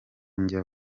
njya